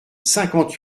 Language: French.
cinquante